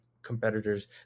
competitors